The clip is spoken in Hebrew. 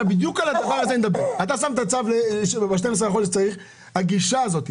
בדיוק על הדבר הזה אני מדבר הגישה הזאת.